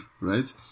Right